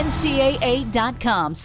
NCAA.com